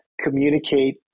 communicate